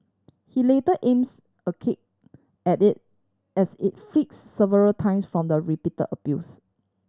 he later aims a kick at it as it flinches several times from the repeat abuse